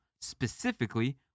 specifically